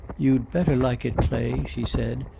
you'd better like it, clay, she said,